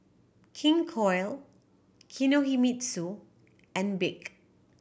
King Koil Kinohimitsu and BIC